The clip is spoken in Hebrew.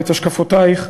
ואת השקפותייך,